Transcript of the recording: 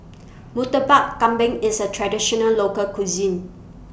Murtabak Kambing IS A Traditional Local Cuisine